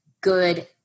good